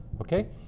Okay